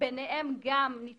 אתם רשאים לשקול